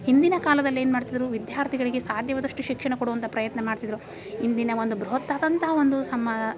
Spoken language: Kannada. ಹಿಂದಿನ ಕಾಲದಲ್ಲಿ ಏನು ಮಾಡ್ತಿದ್ರು ವಿದ್ಯಾರ್ಥಿಗಳಿಗೆ ಸಾಧ್ಯವಾದಷ್ಟು ಶಿಕ್ಷಣ ಕೊಡುವಂಥ ಪ್ರಯತ್ನ ಮಾಡ್ತಿದ್ರು ಇಂದಿನ ಒಂದು ಬೃಹತ್ ಆದಂತಹ ಒಂದು